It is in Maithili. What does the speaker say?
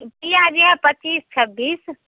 पिआज अइ पचीस छब्बीस